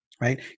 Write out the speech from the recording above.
right